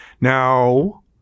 Now